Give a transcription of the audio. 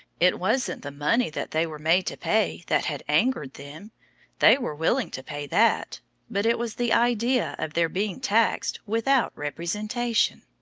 it wasn't the money that they were made to pay that had angered them they were willing to pay that but it was the idea of their being taxed without representation!